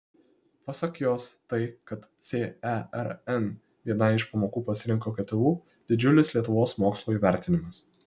pasak jos tai kad cern vienai iš pamokų pasirinko ktu didžiulis lietuvos mokslo įvertinimas